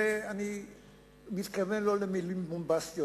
ואני מתכוון לא למלים בומבסטיות.